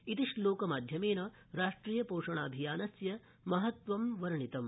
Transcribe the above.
इति श्लोक माध्यमेन राष्ट्रिय ोषणाभियानस्य महत्वं वर्णितम्